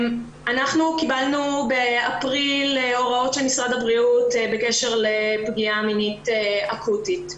קיבלנו באפריל הוראות של משרד הבריאות בקשר לפגיעה מינית אקוטית.